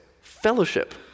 fellowship